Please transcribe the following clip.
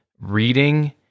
reading